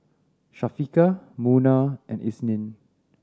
Syafiqah Munah and Isnin